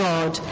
God